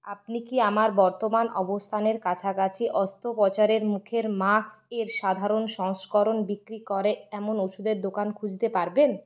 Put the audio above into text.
আপনি কি আমার বর্তমান অবস্থানের কাছাকাছি অস্ত্রোপচারের মুখের মাস্ক এর সাধারণ সংস্করণ বিক্রি করে এমন ওষুধের দোকান খুঁজতে পারবেন